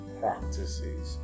practices